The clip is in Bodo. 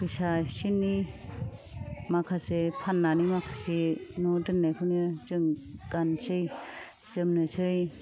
फैसा एसे एनै माखासे फाननानै माखासे न'आव दोननायखौनो जों गानसै जोमनोसै